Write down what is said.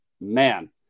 man